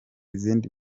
izindi